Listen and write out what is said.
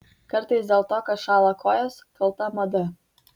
kartais dėl to kad šąla kojos kalta mada